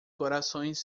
corações